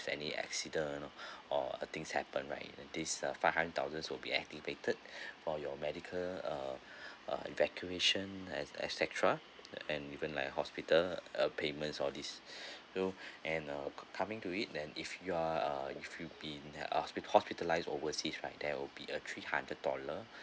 any accident or uh things happened right and this uh five hundred thousands will be activated for your medical uh err evacuation et et cetera and even like hospital uh payments all this so and uh coming to it then if you are uh if you've been ah hospitalized overseas right there will be a three hundred dollar